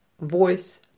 voice